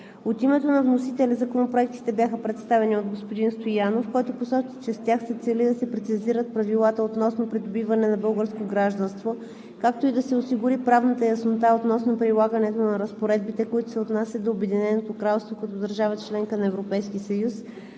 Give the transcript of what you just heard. От името на вносителя законопроектите бяха представени от господин Стоянов, който посочи, че с тях се цели да се прецизират правилата относно придобиване на българско гражданство, както и да се осигури правната яснота относно прилагането на разпоредбите, които се отнасят до Обединеното кралство като държава – членка на Европейския съюз,